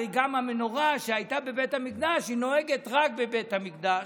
הרי גם המנורה שהייתה בבית המקדש נוהגת רק בבית המקדש?